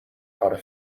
caught